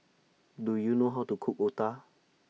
Do YOU know How to Cook Otah